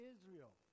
Israel